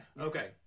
Okay